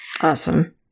awesome